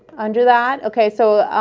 under that. okay, so